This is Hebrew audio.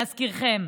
להזכירכם.